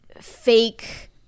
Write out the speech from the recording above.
fake